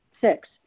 Six